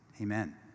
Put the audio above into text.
Amen